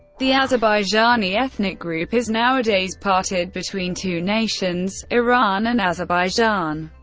the azerbaijani ethnic group is nowadays parted between two nations iran and azerbaijan.